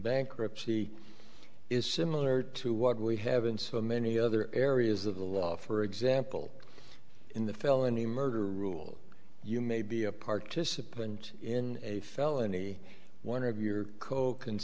bankruptcy is similar to what we have in so many other areas of the law for example in the felony murder rule you may be a participant in a felony one of your